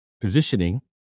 positioning